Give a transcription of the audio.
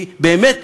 כי באמת,